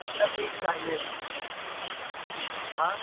कितना पीस चाहिए हाँ